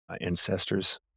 ancestors